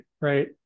right